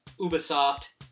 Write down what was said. Ubisoft